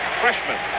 freshman